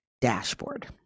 dashboard